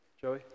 Joey